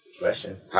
Question